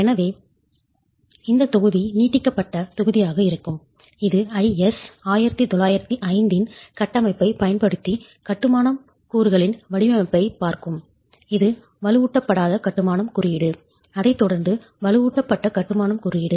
எனவே இந்த தொகுதி நீட்டிக்கப்பட்ட தொகுதியாக இருக்கும் இது IS 1905 இன் கட்டமைப்பைப் பயன்படுத்தி கட்டுமானம் கூறுகளின் வடிவமைப்பைப் பார்க்கும் இது வலுவூட்டப்படாத கட்டுமானம் குறியீடு அதைத் தொடர்ந்து வலுவூட்டப்பட்ட கட்டுமானம் குறியீடு